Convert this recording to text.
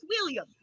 william